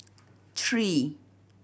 three